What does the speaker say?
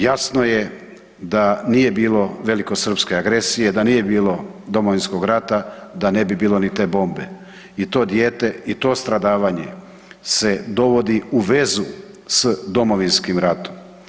Jasno je da nije bilo velikosrpske agresije, da nije bilo Domovinskog rata da ne bi bilo ni te bombe i to dijete i to stradavanje se dovodi u vezu s Domovinskim ratom.